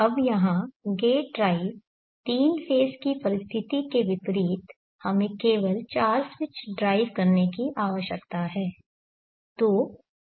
अब यहां gate drive तीन फेज़ की परिस्थिति के विपरीत हमें केवल चार स्विच ड्राइव करने की आवश्यकता है